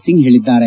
ಸಿಂಗ್ ಹೇಳಿದ್ಗಾರೆ